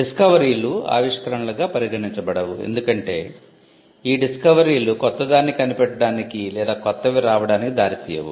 డిస్కవరీలు ఆవిష్కరణలుగా పరిగణించబడవు ఎందుకంటే ఈ డిస్కవరీలు క్రొత్తదాన్ని కనిపెట్టడానికి లేదా కొత్తవి రావడానికి దారితీయవు